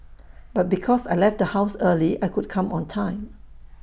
but because I left the house early I could come on time